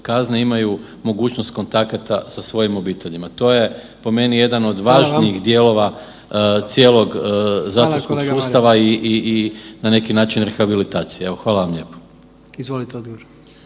kazne imaju mogućnost kontakata sa svojim obiteljima. To je po meni jedan od važnijih dijelova cijelog zatvorskog sustava i na neki način rehabilitacije. Hvala vam lijepo.